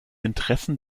interessen